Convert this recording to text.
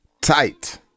tight